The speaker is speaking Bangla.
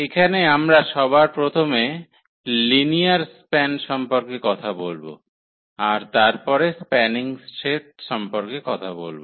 এখানে আমরা সবার প্রথমে লিনিয়ার স্প্যান সম্পর্কে কথা বলব আর তারপরে স্প্যানিং সেট সম্পর্কে কথা বলব